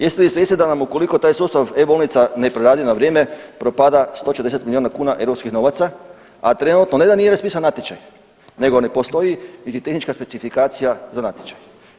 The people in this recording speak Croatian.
Jeste li svjesni da nam ukoliko taj sustav e-bolnica ne proradi na vrijeme propada 140 milijuna kuna europskih novaca, a trenutno ne da nije raspisan natječaj nego ne postoji niti tehnička specifikacija za natječaj?